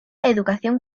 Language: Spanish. educación